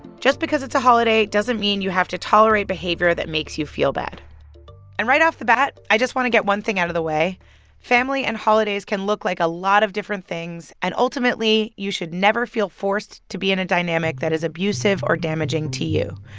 just because it's a holiday doesn't mean you have to tolerate behavior that makes you feel bad and right off the bat, i just want to get one thing out of the way family and holidays can look like a lot of different things. and ultimately, you should never feel forced to be in a dynamic that is abusive or damaging to you.